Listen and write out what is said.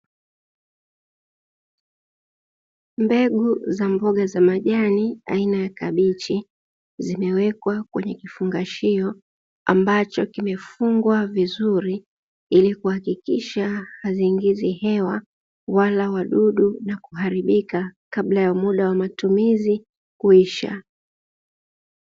Mbegu za mboga za majani aina ya kabichi, zimewekwa kwenye kifungashio, ambacho kimefungwa vizuri, ili kuhakikisha haziingizi hewa wala wadudu, na kuharibika kabla ya muda wa matumizi kuisha.